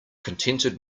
contented